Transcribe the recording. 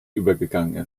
übergegangen